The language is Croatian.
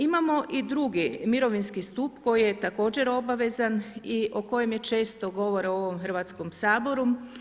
Imamo i II mirovinski stup koji je također obavezan i o kojem je često govora u ovom Hrvatskom saboru.